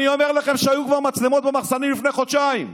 אני אומר לכם שהיו כבר מצלמות במחסנים לפני חודשיים.